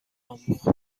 آموخت